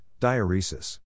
diuresis